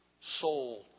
soul